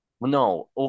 No